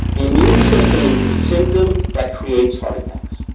the immune system is the symptom that creates heart attacks.